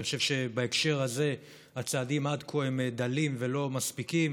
אני חושב שבהקשר הזה הצעדים עד כה הם דלים ולא מספיקים,